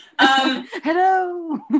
hello